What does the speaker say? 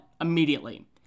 immediately